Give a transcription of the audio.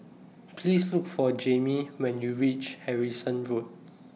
Please Look For Jaime when YOU REACH Harrison Road